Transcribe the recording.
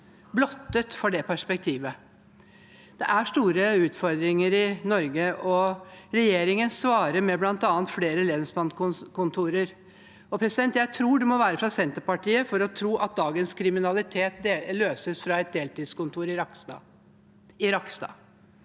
blottet for det perspektivet. Det er store utfordringer i Norge, og regjeringen svarer med bl.a. flere lensmannskontorer. Jeg tror man må være fra Senterpartiet for å tro at dagens kriminalitet løses fra et deltidskontor i Rakkestad.